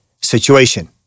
situation